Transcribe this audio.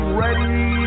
ready